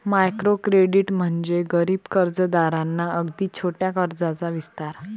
micro credit म्हणजे गरीब कर्जदारांना अगदी छोट्या कर्जाचा विस्तार